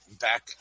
back